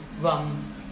rum